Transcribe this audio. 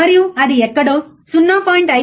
మరియు అది ఎక్కడో 0